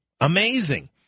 Amazing